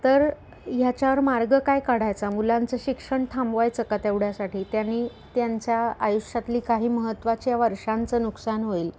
तर ह्याच्यावर मार्ग काय काढायचा मुलांचं शिक्षण थांबवायचं का तेवढ्यासाठी त्यांने त्यांच्या आयुष्यातली काही महत्त्वाच्या वर्षांचं नुकसान होईल